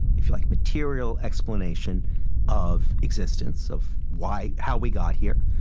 if you like, material explanation of existence, of why how we got here,